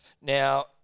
Now